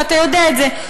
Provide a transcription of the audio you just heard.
ואתה יודע את זה,